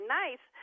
nice